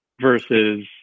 versus